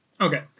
Okay